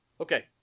Okay